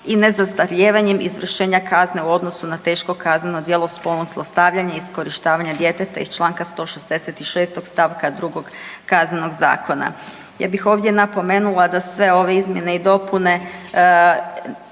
i ne zastarijevanjem izvršenja kazne u odnosu na teško kazneno djelo spolnog zlostavljanja i iskorištavanja djeteta iz čl. 166. st. 2 Kaznenog zakona. Ja bih ovdje napomenula da sve ove izmjene i dopune